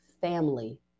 family